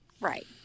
Right